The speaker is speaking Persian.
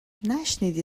نشنیدی